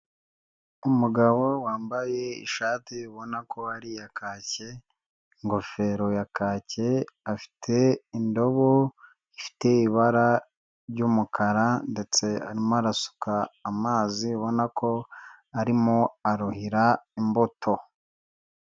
Umugabo wambaye ishati ubona ko ariya kake, ingofero ya kake, afite indobo ifite ibara ry'umukara ndetse arimo arasuka amazi ubona ko arimo aruhira imboto.